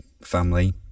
family